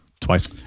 twice